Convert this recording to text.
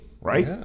Right